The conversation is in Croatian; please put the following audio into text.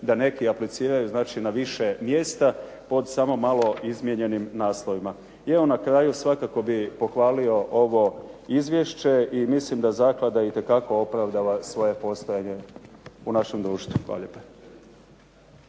da neki apliciraju znači na više mjesta pod samo malo izmijenjenim naslovima. I evo na kraju svakako bih pohvalio ovo izvješće i mislim da zaklada itekako opravdava svoje postojanje u našem društvu. Hvala lijepa.